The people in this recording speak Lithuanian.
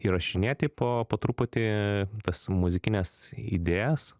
įrašinėti po po truputį tas muzikines idėjas